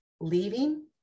leaving